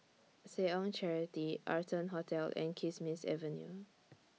Seh Ong Charity Arton Hotel and Kismis Avenue